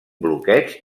bloqueig